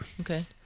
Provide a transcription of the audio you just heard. Okay